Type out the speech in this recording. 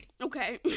Okay